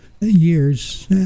years